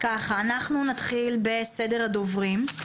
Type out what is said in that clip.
נתחיל בסדר הדוברים.